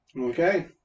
Okay